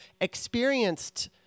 experienced